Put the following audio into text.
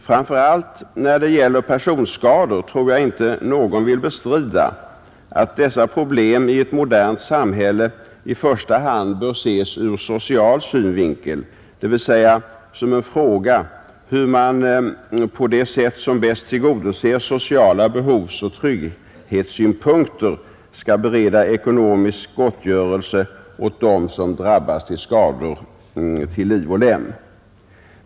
Framför allt när det gäller personskador tror jag inte någon vill bestrida att dessa problem i ett modernt samhälle i första hand bör ses ur social synvinkel, dvs. som en fråga hur man på det sätt som bäst tillgodoser sociala behovsoch trygghetssynpunkter skall bereda ekonomisk gottgörelse åt dem som drabbas av skador till liv och lem.